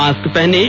mask पहनें